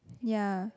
ya